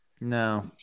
No